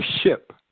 ship